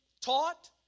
taught